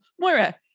Moira